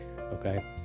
okay